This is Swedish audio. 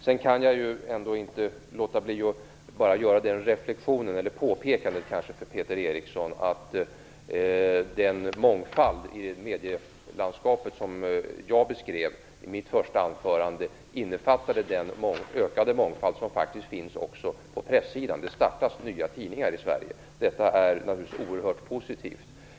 Jag kan ändå inte låta bli att påpeka för Peter Eriksson att den mångfald i medielandskapet som jag beskrev i mitt första anförande innefattade den ökade mångfald som faktiskt också finns på pressidan. Det startas nya tidningar i Sverige. Det är naturligtvis oerhört positivt.